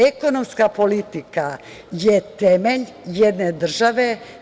Ekonomska politika je temelj jedne države.